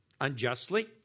unjustly